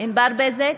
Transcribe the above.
ענבר בזק,